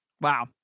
Wow